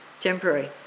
temporary